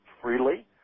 freely